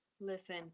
Listen